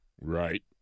Right